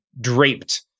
draped